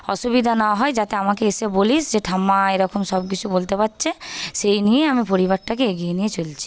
অসুবিধা না হয় যাতে আমাকে এসে বলিস যে ঠাম্মা এরকম সব কিছু বলতে পারছে সেই নিয়েই আমি পরিবারটাকে এগিয়ে নিয়ে চলছি